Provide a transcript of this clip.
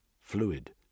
fluid